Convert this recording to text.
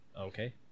Okay